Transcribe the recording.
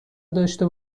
داشته